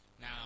now